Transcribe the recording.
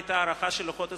היתה הערכה של לוחות הזמנים,